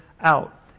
out